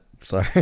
sorry